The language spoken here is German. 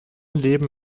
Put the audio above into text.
leben